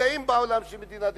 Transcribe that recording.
ומתגאים בעולם שהם מדינה דמוקרטית,